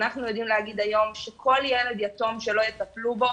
אנחנו יודעים היום להגיד היום שכל ילד יתום שלא יטפלו בו